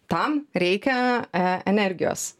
tam reikia e energijos